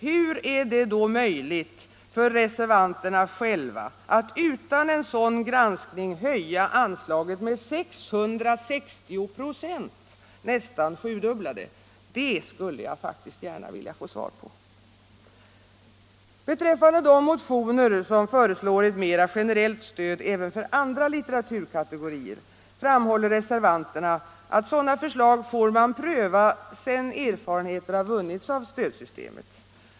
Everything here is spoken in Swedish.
Hur är det då möjligt för reservanterna själva att utan en sådan granskning höja anslaget med 660 96, nästan sjudubbla det? Det skulle jag gärna vilja få svar på. Beträffande de motioner som föreslår ett mera generellt stöd även för andra litteraturkategorier framhåller reservanterna att sådana förslag får man pröva sedan erfarenheter vunnits av stödsystemet.